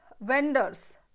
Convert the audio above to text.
vendors